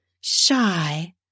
shy